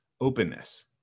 openness